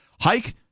Hike